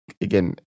again